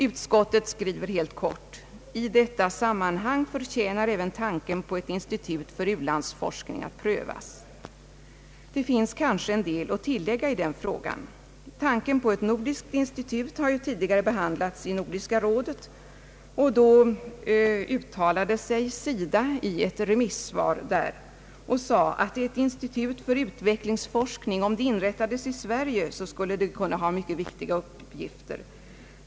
Utskottet skriver kort: »I detta sammanhang förtjänar även tanken på ett institut för u-landsforskning att prövas.» Det finns kanske en del att tillägga i den frågan. Tanken på ett nordiskt institut har ju tidigare behandlats i Nordiska rådet. I det sammanhanget avgav SIDA ett remissvar. Man sade där att ett institut för u-landsforskning skulle kunna ha mycket viktiga uppgifter, om det inrättades i Sverige.